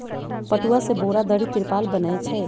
पटूआ से बोरा, दरी, तिरपाल बनै छइ